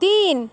তিন